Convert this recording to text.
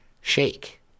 shake